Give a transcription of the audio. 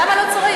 למה לא צריך?